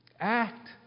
Act